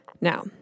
Now